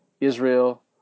Israel